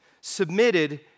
submitted